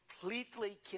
completely